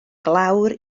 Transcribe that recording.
glawr